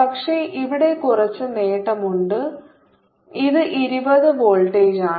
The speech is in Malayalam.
പക്ഷേ ഇവിടെ കുറച്ച് നേട്ടമുണ്ട് ഇത് 20 വോൾട്ടേജാണ്